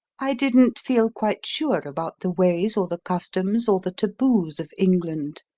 i didn't feel quite sure about the ways, or the customs, or the taboos of england.